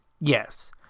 Yes